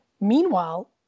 Meanwhile